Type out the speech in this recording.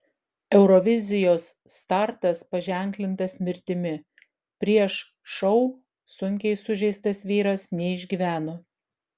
eurovizijos startas paženklintas mirtimi prieš šou sunkiai sužeistas vyras neišgyveno